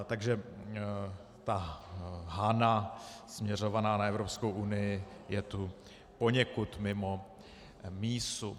Takže ta hana směřovaná na Evropskou unii je tu poněkud mimo mísu.